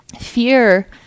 Fear